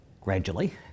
gradually